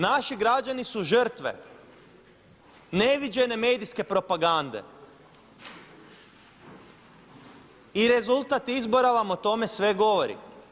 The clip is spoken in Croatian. Naši građani su žrtve neviđene medijske propagande i rezultat izbora vam o tome sve govori.